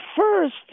first